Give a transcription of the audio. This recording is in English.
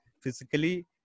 physically